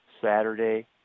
Saturday